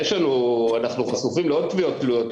אנחנו חשופים לעוד תביעות תלויות,